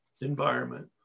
environment